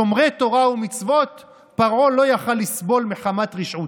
את שומרי התורה והמצוות פרעה לא היה יכול לסבול מחמת רשעותו.